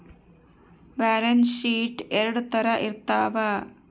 balance sheet ಎರಡ್ ತರ ಇರ್ತವ